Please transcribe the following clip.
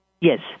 Yes